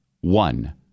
one